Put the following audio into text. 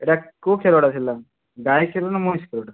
ଏଇଟା କେଉଁ କ୍ଷୀରଟା ଥିଲା ଗାଈ କ୍ଷୀର ନାଁ ମଇଁଷି କ୍ଷୀରଟା